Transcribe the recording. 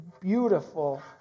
beautiful